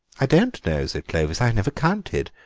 i don't know, said clovis, i've never counted,